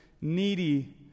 needy